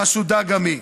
חשודה גם היא.